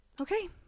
Okay